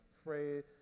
afraid